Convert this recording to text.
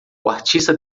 artista